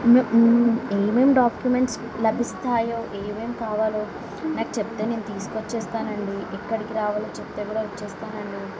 ఏమేమి డాక్యుమెంట్స్ లభిస్తాయో ఏమేమి కావాలో నాకు చెప్తే నేను తీసుకు వచ్చి ఇస్తానండి ఎక్కడికి రావాలో చెప్తే కూడా వస్తానండి